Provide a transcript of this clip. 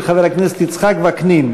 של חבר הכנסת יצחק וקנין.